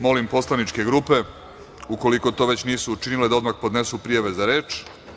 Molim poslaničke grupe, u koliko to već nisu učinile, da odmah podnesu prijave za reč.